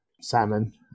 salmon